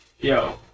yo